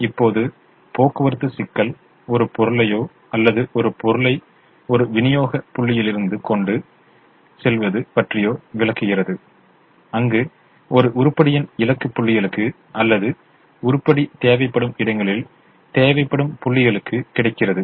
இப்போது போக்குவரத்து சிக்கல் ஒரு பொருளையோ அல்லது ஒரு பொருளை ஒரு விநியோக புள்ளிகளிலிருந்து கொண்டு செல்வது பற்றியோ விளக்குகிறது அங்கு ஒரு உருப்படியின் இலக்கு புள்ளிகளுக்கு அல்லது உருப்படி தேவைப்படும் இடங்களில் தேவைப்படும் புள்ளிகளுக்கு கிடைக்கிறது